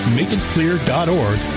MakeItClear.org